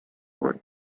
want